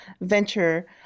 venture